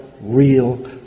real